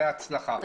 בהצלחה.